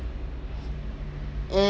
and